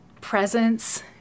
presence